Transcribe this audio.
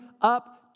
up